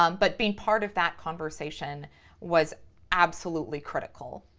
um but being part of that conversation was absolutely critical,